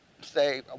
say